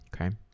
Okay